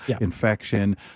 infection